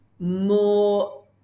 more